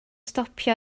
stopio